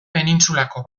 penintsulako